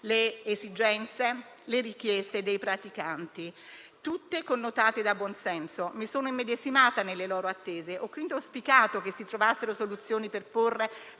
le esigenze e le richieste dei praticanti, tutte connotate da buon senso. Mi sono immedesimata nelle loro attese e quindi ho auspicato che si trovassero soluzioni per porre